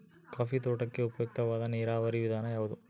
Coffee ತೋಟಕ್ಕೆ ಉಪಯುಕ್ತವಾದ ನೇರಾವರಿ ವಿಧಾನ ಯಾವುದು?